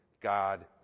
God